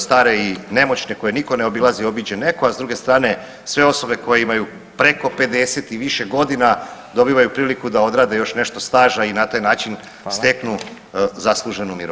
Stare i nemoćne koje nitko ne obilazi obiđe netko, a s druge strane sve osobe koje imaju preko 50 i više godina dobivaju priliku da odrade još nešto staža i na taj način steknu zasluženu mirovinu.